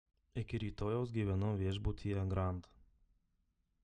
iki rytojaus gyvenu viešbutyje grand